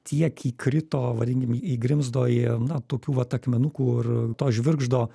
tiek įkrito vadinkim į grimzdo į na tokių vat akmenukų ir to žvirgždo